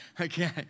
okay